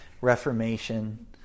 Reformation